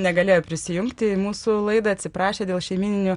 negalėjo prisijungti į mūsų laidą atsiprašė dėl šeimyninių